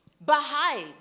Baha'i